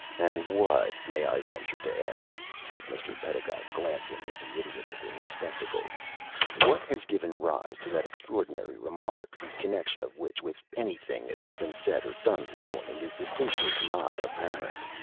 and what, may i venture to ask, said mr. pedagog, glancing at the idiot over his spectacles what has given rise to that extraordinary remark, the connection of which with anything that has been said or done this morning is distinctly not apparent?